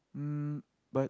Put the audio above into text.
um but